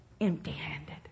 empty-handed